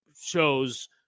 shows